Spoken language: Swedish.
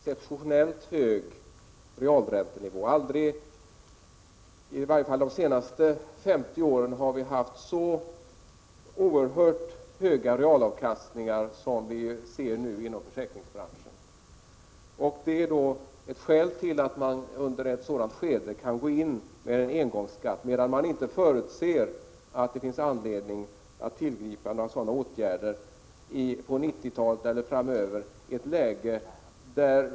Herr talman! Jag börjar med den sista frågan. Vi har ju under den senare hälften av 80-talet haft en exceptionellt hög realräntenivå. Aldrig tidigare, i varje fall inte under de senaste 50 åren, har det förekommit så oerhört höga realräntor som dem vi nu ser inom försäkringsbranschen. Det är ett skäl till att man under ett sådant skede kan gå in med en engångsskatt, medan man däremot inte förutser att det finns anledning att tillgripa någon sådan åtgärd på 90-talet eller senare.